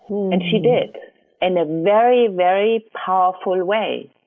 and she did in a very, very powerful way.